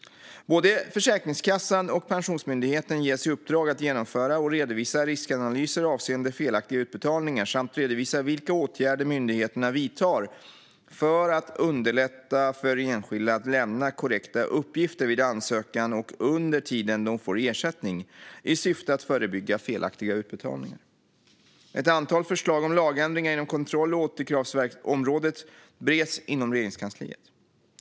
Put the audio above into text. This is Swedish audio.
Både Försäkringskassan och Pensionsmyndigheten ges i uppdrag att genomföra och redovisa riskanalyser avseende felaktiga utbetalningar. De ska även redovisa vilka åtgärder myndigheterna vidtar för att underlätta för enskilda att lämna korrekta uppgifter vid ansökan och under tiden de får ersättning. Syftet är att förebygga felaktiga utbetalningar. Ett antal förslag om lagändringar inom kontroll och återkravsområdet bereds inom Regeringskansliet.